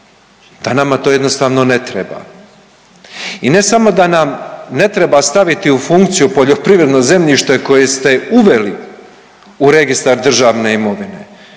da nama to jednostavno ne treba. I ne samo da nam ne treba staviti u funkciju poljoprivredno zemljište koje ste uveli u registar državne imovine,